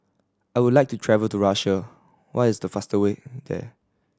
I would like to travel to Russia what is the fastest way there